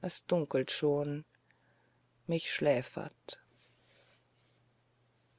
es dunkelt schon mich schläfert